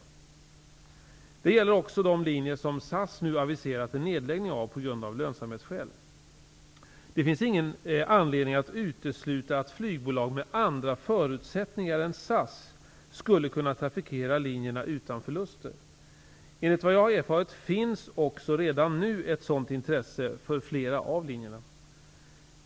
Detta gäller också de linjer som SAS nu aviserat en nedläggning av på grund av lönsamhetsskäl. Det finns ingen anledning att utesluta att flygbolag med andra förutsättningar än SAS skulle kunna trafikera linjerna utan förluster. Enligt vad jag har erfarit finns också redan nu ett sådant intresse för flera av linjerna.